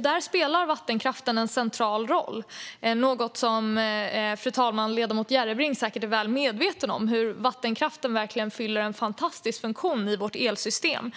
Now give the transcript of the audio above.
Där spelar vattenkraften en central roll, fru talman. Ledamoten Järrebring är säkert väl medveten om att vattenkraften fyller en fantastisk funktion i vårt elsystem.